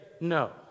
no